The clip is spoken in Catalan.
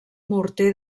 morter